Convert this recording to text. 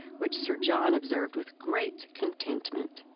which sir john observed with great contentment.